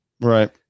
right